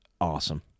awesome